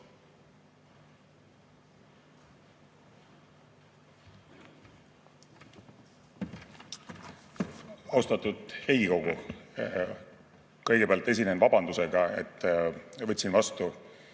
Austatud Riigikogu! Kõigepealt esinen vabandusega, et võtsin vastu